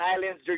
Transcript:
Islands